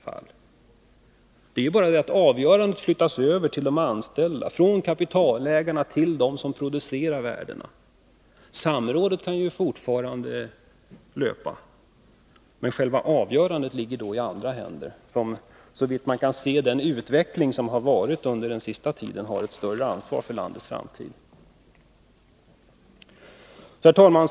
Det innebär bara att avgörandet flyttas över till de anställda, från kapitalägarna till dem som producerar värdena. Samrådet kan ju fortfarande löpa, men själva avgörandet ligger då i andra händer som, såvitt man kan se av den utveckling som har varit under den senaste tiden, har ett större ansvar för landets framtid. Fru talman!